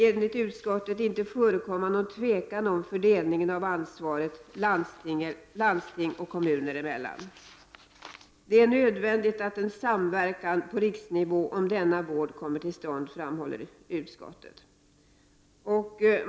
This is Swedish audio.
Enligt utskottet får det inte förekomma någon tvekan om fördelningen av ansvaret landsting och kommuner emellan. Det är nödvändigt att en samverkan på riksnivå om denna vård kommer till stånd, framhåller utskottet vidare.